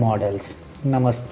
नमस्ते